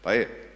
Pa je.